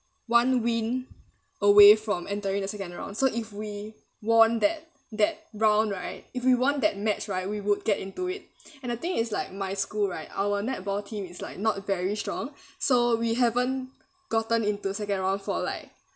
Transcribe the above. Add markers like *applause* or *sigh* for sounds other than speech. one win away from entering the second round so if we won that that round right if we won that match right we would get into it *breath* and the thing is like my school right our netball team is like not very strong *breath* so we haven't gotten into second round for like